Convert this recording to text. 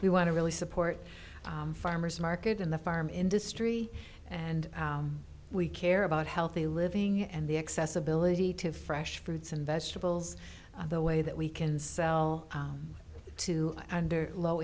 we want to really support farmer's market in the farm industry and we care about healthy living and the accessibility to fresh fruits and vegetables the way that we can sell to under low